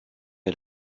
est